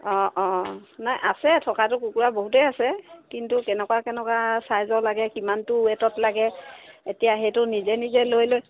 অঁ অঁ নাই আছে থকাটো কুকুৰা বহুতেই আছে কিন্তু কেনেকুৱা কেনেকুৱা চাইজৰ লাগে কিমানটো ৱেটত লাগে এতিয়া সেইটো নিজে নিজে লৈ লৈ